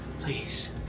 Please